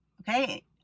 okay